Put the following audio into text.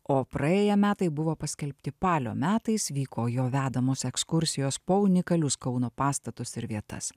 o praėję metai buvo paskelbti palio metais vyko jo vedamos ekskursijos po unikalius kauno pastatus ir vietas